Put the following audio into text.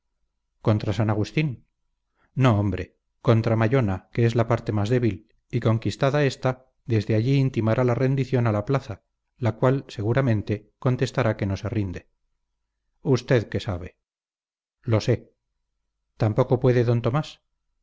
contra san agustín no hombre contra mallona que es la parte más débil y conquistada ésta desde allí intimará la rendición a la plaza la cual seguramente contestará que no se rinde usted qué sabe lo sé tan poco puede d tomás